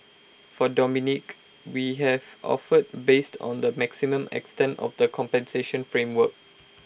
for Dominique we have offered based on the maximum extent of the compensation framework